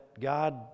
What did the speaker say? God